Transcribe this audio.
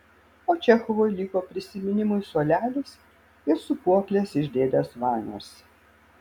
o čechovui liko prisiminimui suolelis ir sūpuoklės iš dėdės vanios